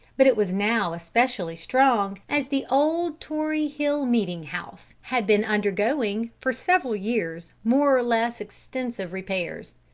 but it was now especially strong, as the old tory hill meeting-house had been undergoing for several years more or less extensive repairs.